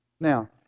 Now